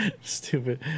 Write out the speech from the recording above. Stupid